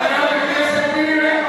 חברת הכנסת מירי רגב,